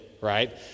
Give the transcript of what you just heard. right